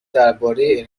درباره